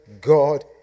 God